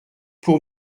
pour